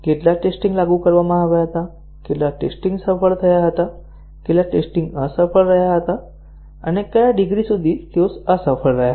કેટલા ટેસ્ટીંગ લાગુ કરવામાં આવ્યા હતા કેટલા ટેસ્ટીંગ સફળ થયા હતા કેટલા ટેસ્ટીંગ અસફળ રહ્યા હતા અને કયા ડિગ્રી સુધી તેઓ અસફળ રહ્યા હતા